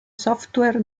software